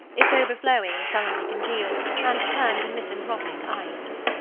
its overflowings sullenly congealed, and turned to misanthropic ice.